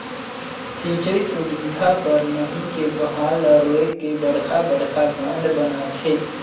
सिंचई सुबिधा बर नही के बहाल ल रोयक के बड़खा बड़खा बांध बनाथे